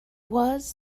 was